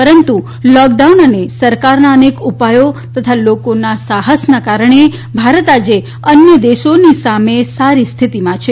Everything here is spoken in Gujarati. પરંતુ લોકડાઉન અને સરકારના અનેક ઉપાયો તથા લોકોના સાહસના કારણે ભારત આજે અન્ય દેશોની સામે સારી સ્થિતિમાં છે